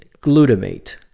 glutamate